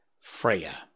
Freya